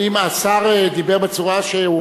האם השר דיבר בצורה שהיא,